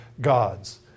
God's